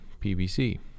PVC